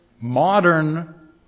modern